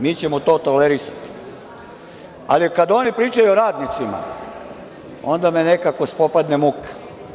Mi ćemo to tolerisati, ali kada oni pričaju o radnicima, onda me nekako spopadne muka.